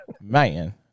Man